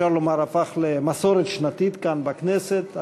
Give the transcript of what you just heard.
אפשר לומר, הפך למסורת שנתית כאן בכנסת.